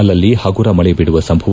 ಅಲ್ಲಲ್ಲಿ ಪಗುರ ಮಳೆ ಬೀಳುವ ಸಂಭವ